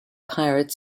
pirates